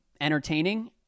entertaining